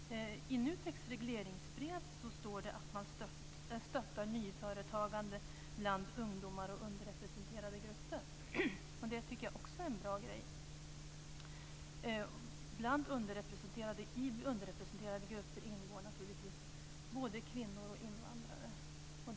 I NUTEK:s regleringsbrev står det att man stöttar nyföretagande bland ungdomar och underrepresenterade grupper. Det tycker jag också är en bra grej. I underrepresenterade grupper ingår naturligtvis både kvinnor och invandrare.